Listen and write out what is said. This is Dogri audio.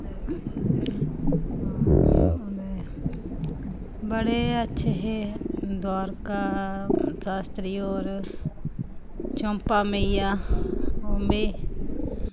हां उ'नें बड़े अच्छे हे द्वारका शास्त्री होर चम्पा मैया ओह् बी